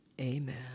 Amen